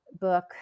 book